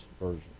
Version